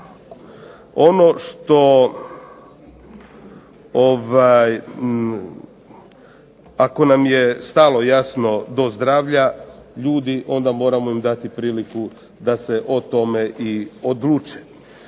Ono što ako nam je stalo jasno do zdravlja ljudi, onda moramo im dati priliku da se o tome i odluče.